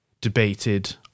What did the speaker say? debated